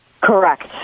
Correct